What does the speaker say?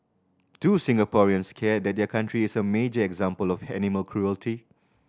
do Singaporeans care that their country is a major example of animal cruelty